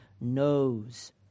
knows